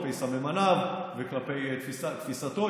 כלפי סממניו וכלפי תפיסתו,